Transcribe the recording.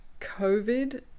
COVID